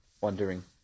wondering